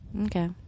Okay